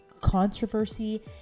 controversy